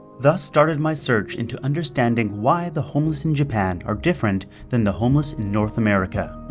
thus started my search into understanding why the homeless in japan are different than the homeless in north america.